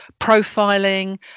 profiling